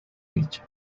dicha